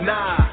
Nah